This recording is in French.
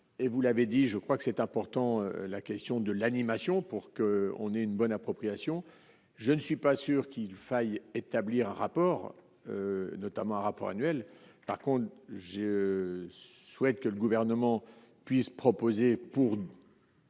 et vous l'avez dit, je crois que c'est important, la question de l'animation pour qu'on ait une bonne appropriation, je ne suis pas sûr qu'il faille établir un rapport notamment un rapport annuel, par contre, je souhaite que le gouvernement puisse proposer pour